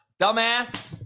Dumbass